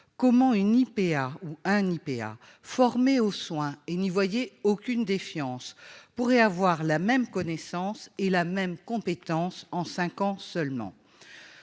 comment une IPA ou un IPA formés aux soins et n'y voyez aucune défiance pourrait avoir la même connaissance et la même compétence en 5 ans seulement.